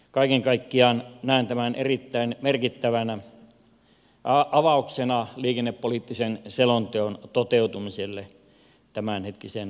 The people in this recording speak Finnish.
kaiken kaikkiaan näen tämänhetkisen budjettineuvottelutilanteen erittäin merkittävänä avauksena liikennepoliittisen selonteon toteutumiselle